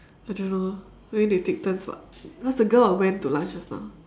I don't know maybe they take turns [what] because the girl got went to lunch just now